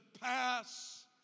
pass